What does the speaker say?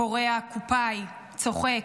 / קורא הקופאי, צוחק,